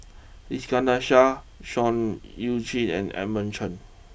Iskandar Shah Seah Eu Chin and Edmund Chen